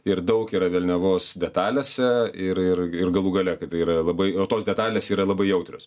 ir daug yra velniavos detalėse ir ir ir galų gale kad tai yra labai o tos detalės yra labai jautrios